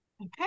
Okay